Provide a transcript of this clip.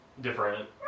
different